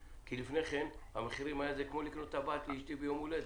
כי לפני כן המחירים היו כמו לקנות טבעת לאשתי ביום הולדת.